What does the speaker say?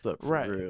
right